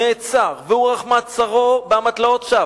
נעצר והוארך מעצרו באמתלאות שווא,